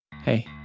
hey